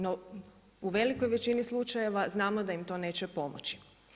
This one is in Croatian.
No u velikoj većini slučajeva znamo da im to neće pomoći.